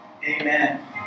amen